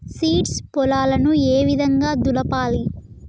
Seeds పొలాలను ఏ విధంగా దులపాలి?